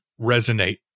resonate